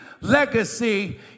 legacy